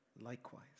likewise